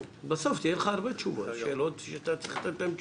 בסוף יהיו לך הרבה תשובות לשאלות שאתה צריך לתת להן תשובות.